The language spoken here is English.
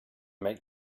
make